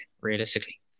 realistically